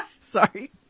Sorry